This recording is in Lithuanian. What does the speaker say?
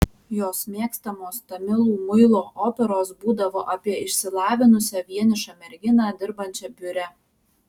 jos mėgstamos tamilų muilo operos būdavo apie išsilavinusią vienišą merginą dirbančią biure